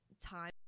time